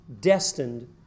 destined